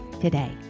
today